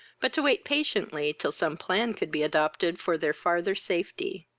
but to wait patiently till some plan could be adopted for their farther safety.